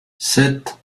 sept